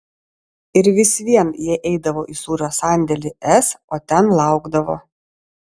ir vis vien jie eidavo į sūrio sandėlį s o ten laukdavo